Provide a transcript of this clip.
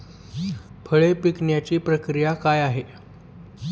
फळे पिकण्याची प्रक्रिया काय आहे?